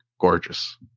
gorgeous